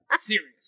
serious